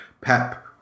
pep